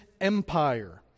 Empire